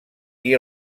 qui